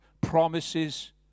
promises